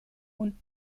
und